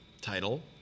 title